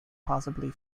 possibly